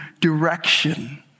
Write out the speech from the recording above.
direction